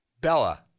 Bella